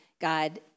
God